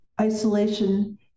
Isolation